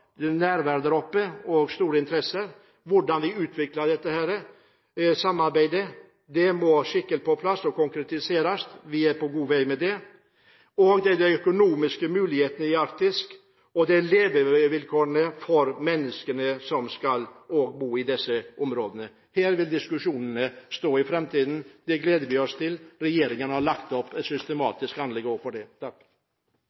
og stor interesse der oppe, og hvordan vi kan utvikle dette samarbeidet. Det må skikkelig på plass og konkretiseres. Vi er på god vei med det. Det er de økonomiske mulighetene i Arktis og levevilkårene for menneskene som skal bo i disse områdene, diskusjonene vil stå om i framtiden. Det gleder vi oss til. Regjeringen har lagt opp et